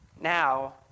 Now